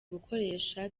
gukoresha